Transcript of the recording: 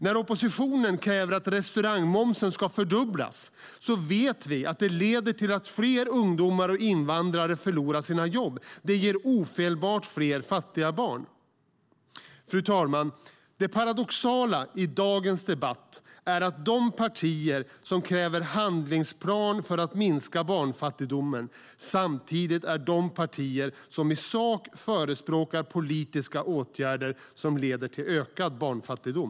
När oppositionen kräver att restaurangmomsen ska fördubblas vet vi att det leder till att fler ungdomar och invandrare förlorar sina jobb. Det ger ofelbart fler fattiga barn. Fru talman! Det paradoxala i dagens debatt är att de partier som kräver en handlingsplan för att minska barnfattigdomen samtidigt är de partier som i sak förespråkar politiska åtgärder som leder till ökad barnfattigdom.